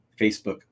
Facebook